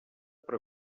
per